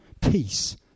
peace